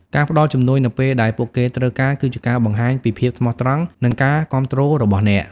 ការផ្តល់ជំនួយនៅពេលដែលពួកគេត្រូវការ គឺជាការបង្ហាញពីភាពស្មោះត្រង់និងការគាំទ្ររបស់អ្នក។